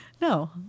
No